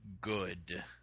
good